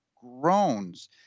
groans